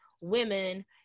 women